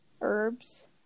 Herbs